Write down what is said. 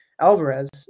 Alvarez